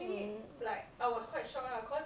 orh